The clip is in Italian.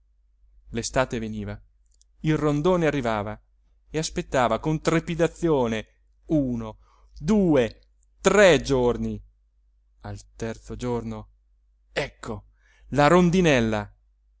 l'estate veniva il rondone arrivava e aspettava con trepidazione uno due tre giorni al terzo giorno ecco la rondinella